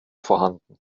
vorhanden